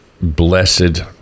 blessed